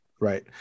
right